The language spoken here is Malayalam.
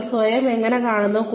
നിങ്ങൾ സ്വയം എങ്ങനെ കാണുന്നു